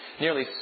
nearly